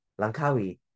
Langkawi